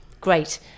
Great